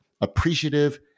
appreciative